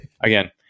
again